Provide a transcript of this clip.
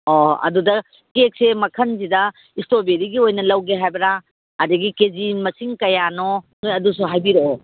ꯑꯣ ꯑꯗꯨꯗ ꯀꯦꯛꯁꯦ ꯃꯈꯟꯁꯤꯗ ꯏꯁꯇꯔꯣꯕꯦꯔꯤꯒꯤ ꯑꯣꯏꯅ ꯂꯧꯒꯦ ꯍꯥꯏꯕ꯭ꯔꯥ ꯑꯗꯒꯤ ꯀꯦ ꯖꯤ ꯃꯁꯤꯡ ꯀꯌꯥꯅꯣ ꯅꯣꯏ ꯑꯗꯨꯁꯨ ꯍꯥꯏꯕꯤꯔꯛꯑꯣ